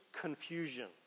confusion